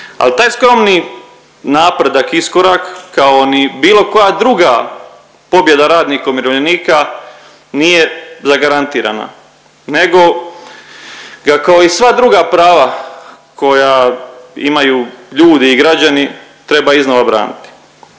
Al taj skromni napredak, iskorak, kao ni bilo koja druga pobjeda radnika i umirovljenika nije zagarantirana nego ga kao i sva druga prava koja imaju ljudi i građani treba iznova braniti.